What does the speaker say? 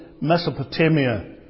Mesopotamia